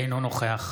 אינו נוכח